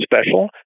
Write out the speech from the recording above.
special